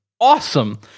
awesome